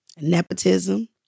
nepotism